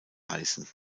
heißen